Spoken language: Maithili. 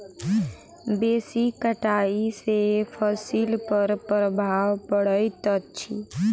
बेसी कटाई सॅ फसिल पर प्रभाव पड़ैत अछि